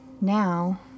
now